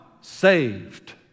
saved